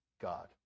God